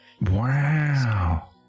wow